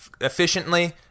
efficiently